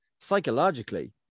psychologically